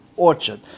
Orchard